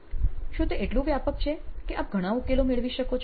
શું તે એટલું વ્યાપક છે કે આપ ઘણાં ઉકેલો મેળવી શકો છો